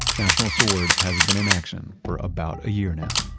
national sword has been in action for about a year now.